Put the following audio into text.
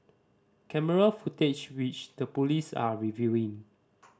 camera footage which the police are reviewing